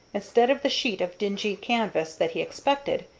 instead of the sheet of dingy canvas that he expected,